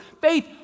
faith